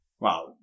Wow